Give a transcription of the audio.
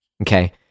Okay